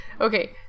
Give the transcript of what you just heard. Okay